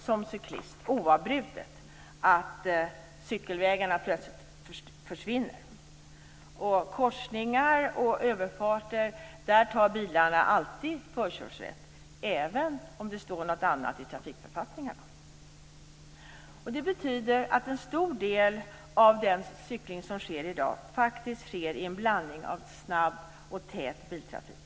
Som cyklist får man oavbrutet lära sig att cykelvägen plötsligt försvinner. Vid korsningar och överfarter "tar" bilarna alltid förkörsrätt, även om det står något annat i trafikförfattningen. En stor del av den cykling som i dag förekommer sker alltså i en blandning av snabb och tät biltrafik.